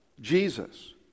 Jesus